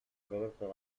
roberto